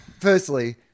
Firstly